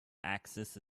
axis